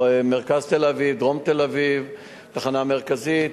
מרכז תל-אביב, דרום תל-אביב, תחנה מרכזית,